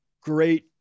great